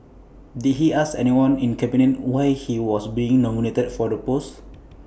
did he ask anyone in cabinet why he was being nominated for the post